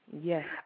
Yes